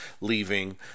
leaving